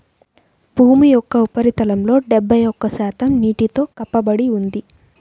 భూమి యొక్క ఉపరితలంలో డెబ్బై ఒక్క శాతం నీటితో కప్పబడి ఉంది